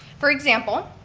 for example,